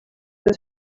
lose